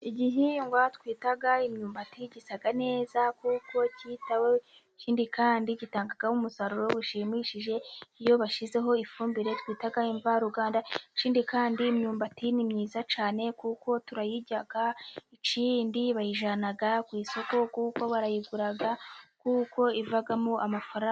Igihingwa twita imyumbati gisa neza kuko cyitaweho, ikindi kandi gitanga umusaruro ushimishije iyo bashyizeho ifumbire twita imvaruganda. Ikindi kandi imyumbati ni myiza cyane kuko turayirya ikindi bayijyana ku isoko, kuko barayigura kuko ivamo amafaranga.